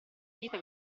vita